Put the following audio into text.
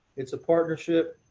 it's a partnership,